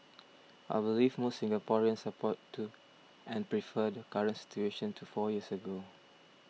I believe most Singaporeans support to and prefer the current situation to four years ago